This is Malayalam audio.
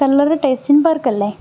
Kallara taste in പാർക്കല്ലേ